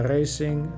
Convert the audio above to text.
Racing